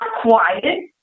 quiet